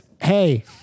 Hey